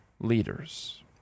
leaders